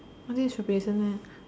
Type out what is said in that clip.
only should be a snake